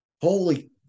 holy